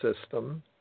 system